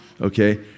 Okay